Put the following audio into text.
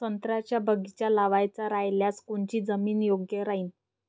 संत्र्याचा बगीचा लावायचा रायल्यास कोनची जमीन योग्य राहीन?